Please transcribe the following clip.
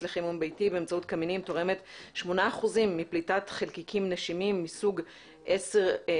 לחימום ביתי באמצעות קמינים תורמת 8% מפליטת חלקיקים נשימים מסוג PM10,